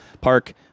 park